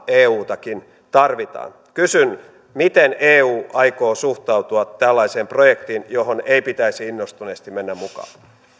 eutakin tarvitaan kysyn miten eu aikoo suhtautua tällaiseen projektiin johon ei pitäisi innostuneesti mennä mukaan